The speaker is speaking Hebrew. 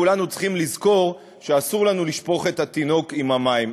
כולנו צריכים לזכור שאסור לנו לשפוך את התינוק עם המים.